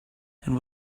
and